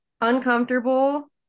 uncomfortable